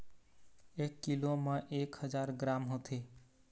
एक कीलो म एक हजार ग्राम होथे